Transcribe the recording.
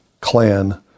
clan